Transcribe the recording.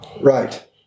Right